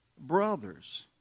brothers